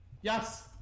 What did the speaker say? Yes